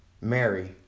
Mary